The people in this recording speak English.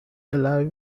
alive